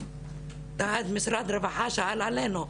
ואז משרד הרווחה שאל עלינו.